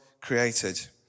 created